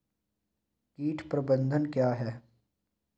कीट प्रबंधन क्या है?